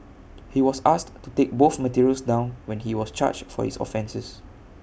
he was asked to take both materials down when he was charged for his offences